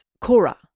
Cora